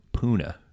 Puna